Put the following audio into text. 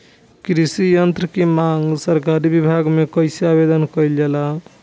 कृषि यत्र की मांग सरकरी विभाग में कइसे आवेदन कइल जाला?